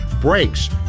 Brakes